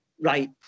right